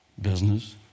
Business